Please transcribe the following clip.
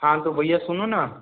हाँ तो भैया सुनो न